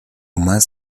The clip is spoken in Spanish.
más